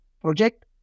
project